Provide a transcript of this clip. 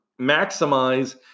maximize